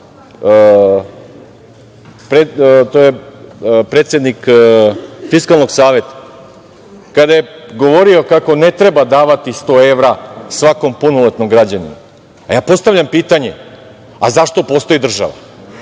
to je predsednik Fiskalnog saveta, kada je govorio kako ne treba davati 100 evra svakom punoletnom građaninu. Ja postavljam pitanje – a zašto postoji država?